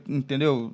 entendeu